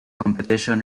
competition